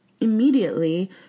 immediately